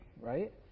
Right